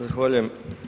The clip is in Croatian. Zahvaljujem.